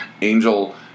Angel